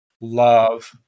love